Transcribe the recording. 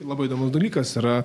labai įdomus dalykas yra